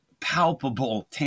palpable